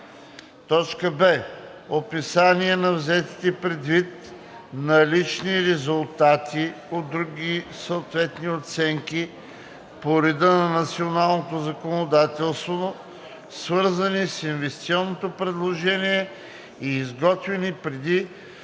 т. 6: „6. описание на взетите предвид налични резултати от други съответни оценки по реда на националното законодателство, свързани с инвестиционното предложение и изготвени преди